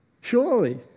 surely